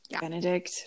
Benedict